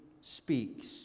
speaks